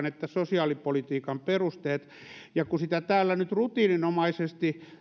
että sosiaalipolitiikan perusteet kun sitä täällä nyt rutiininomaisesti